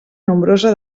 nombrosa